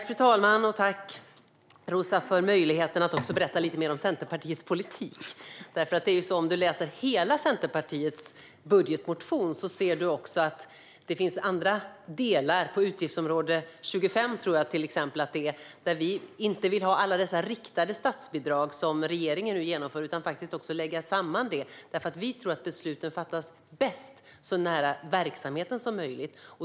Fru talman! Jag tackar Roza för möjligheten att berätta lite mer om Centerpartiets politik. Om du läser hela Centerpartiets budgetmotion, Roza, ser du också att det finns andra delar inom till exempel utgiftsområde 25 där vi inte vill ha alla dessa riktade statsbidrag, som regeringen nu genomför, utan vill lägga samman dem. Vi tror nämligen att besluten fattas bäst så nära verksamheten som möjligt.